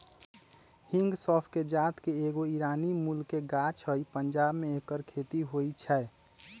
हिंग सौफ़ कें जात के एगो ईरानी मूल के गाछ हइ पंजाब में ऐकर खेती होई छै